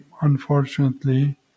unfortunately